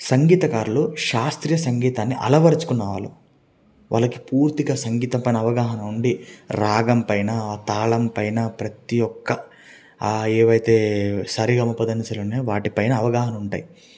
సంగీతకారులు శాస్త్రీయ సంగీతాన్ని అలవరుచుకున్న వాళ్లు వాళ్ళకి పూర్తిగా సంగీతం పైన అవగాహన ఉండి రాగం పైన తాళం పైన ప్రతీఒక్క అవి ఏవైతే సరిగమ పదనిసలు ఉన్నాయో వాటిపైన అవగాహన ఉంటాయి